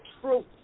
truth